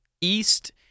East